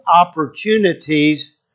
opportunities